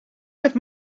with